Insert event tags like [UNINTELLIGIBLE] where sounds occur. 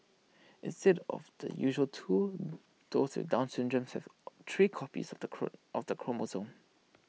instead of the usual two those with down syndrome have three copies of the [UNINTELLIGIBLE] of the chromosome